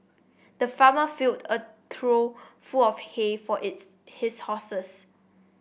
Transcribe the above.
the farmer filled a trough full of hay for its his horses